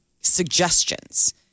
suggestions